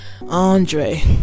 andre